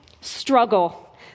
struggle